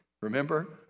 Remember